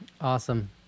awesome